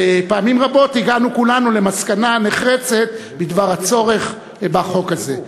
ופעמים רבות הגענו כולנו למסקנה נחרצת בדבר הצורך בחוק הזה,